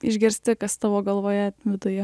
išgirsti kas tavo galvoje viduje